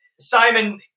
Simon